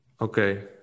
Okay